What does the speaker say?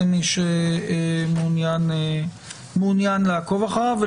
למי שמעוניין לעקוב אחריו.